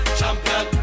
champion